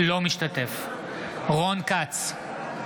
אינו משתתף בהצבעה רון כץ,